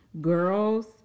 girls